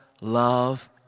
love